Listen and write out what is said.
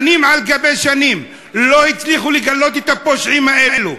שנים על שנים לא הצליחו לגלות את הפושעים האלה,